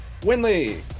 Winley